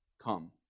Come